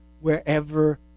wherever